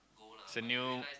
it's a new